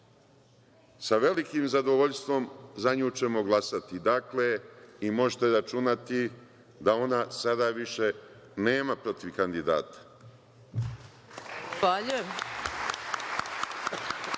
velikim zadovoljstvom za nju ćemo glasati. Dakle, možete računati da ona sada više nema protiv kandidata.